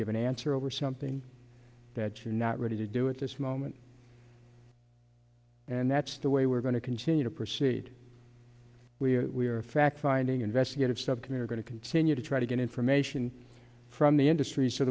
give an answer over something that you're not ready to do at this moment and that's the way we're going to continue to proceed we are fact finding investigative subcommittee are going to continue to try to get information from the industry so